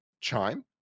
chime